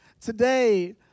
today